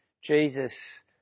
Jesus